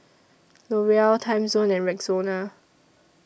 L'Oreal Timezone and Rexona